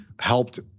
helped